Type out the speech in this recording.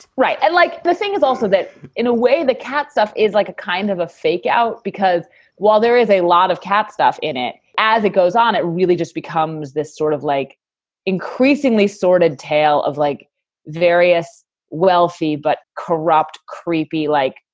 right and like, the thing is also that in a way, the katzif is like a kind of a fake out, because while there is a lot of cat stuff in it as it goes on, it really just becomes this sort of like increasingly sordid tale of like various wealthy but corrupt, creepy, like,